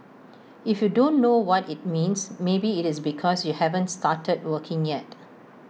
if you don't know what IT means maybe IT is because you haven't started working yet